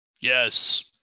Yes